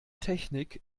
technik